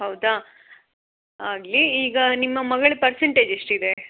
ಹೌದಾ ಆಗಲಿ ಈಗ ನಿಮ್ಮ ಮಗಳ ಪರ್ಸೆಂಟೇಜ್ ಎಷ್ಟಿದೆ